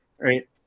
right